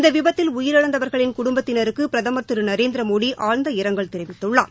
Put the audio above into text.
இந்த விபத்தில் உயிரிழந்தவர்களின் குடும்பத்தினருக்கு பிரதமர் திரு நரேந்திர மோடி ஆழ்ந்த இரங்கல் தெரிவித்துள்ளார்